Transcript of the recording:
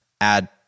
add